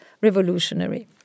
revolutionary